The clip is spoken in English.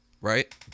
right